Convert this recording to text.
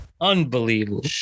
Unbelievable